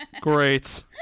Great